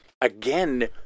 again